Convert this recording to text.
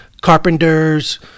carpenters